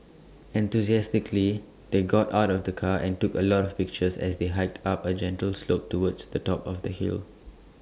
enthusiastically they got out of the car and took A lot of pictures as they hiked up A gentle slope towards the top of the hill